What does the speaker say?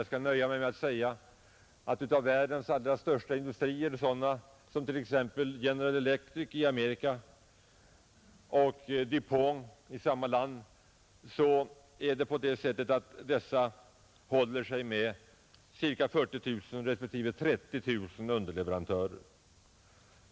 Jag skall nöja mig med att säga att ett par av världens allra största industrier, sådana som t.ex. General Electric och Du Pont i Amerika, håller sig med cirka 40 000 respektive 30 000 underleverantörer.